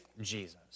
Jesus